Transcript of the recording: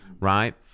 right